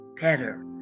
better